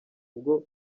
ubwo